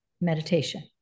meditation